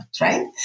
right